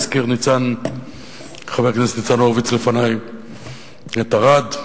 הזכיר חבר הכנסת ניצן הורוביץ לפני את ערד,